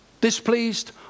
displeased